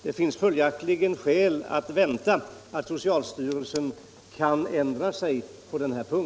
Det finns följaktligen skäl att vänta att socialstyrelsen kan ändra sig på denna punkt.